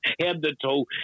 head-to-toe